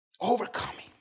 Overcoming